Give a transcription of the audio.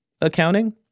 accounting